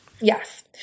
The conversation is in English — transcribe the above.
Yes